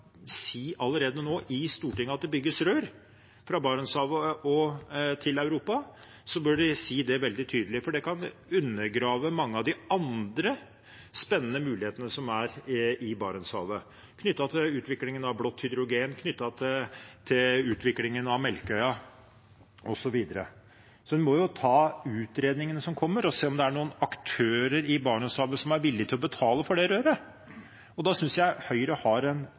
si i Stortinget at det skal bygges rør fra Barentshavet til Europa, bør de si det veldig tydelig, for det kan undergrave mange av de andre spennende mulighetene som er i Barentshavet knyttet til utviklingen av blått hydrogen og utviklingen av Melkøya, osv. En må jo ta utredningene som kommer, og se om det er noen aktører i Barentshavet som er villige til å betale for det røret. Da synes jeg Høyre har en